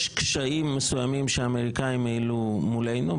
יש קשיים מסוימים שהאמריקנים העלו מולנו,